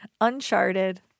Uncharted